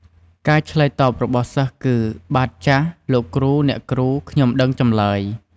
ការឆ្លើយតបរបស់សិស្សគឺ បាទ ចាស លោកគ្រូ អ្នកគ្រូ ខ្ញុំដឹងចម្លើយ។